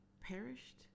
perished